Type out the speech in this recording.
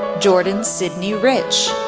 jordan sidney rich,